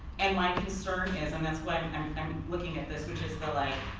and my concern is and that's why i'm looking at this which is like,